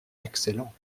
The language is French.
excellent